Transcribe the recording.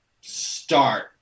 start